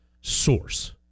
source